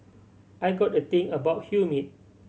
I got a thing about humid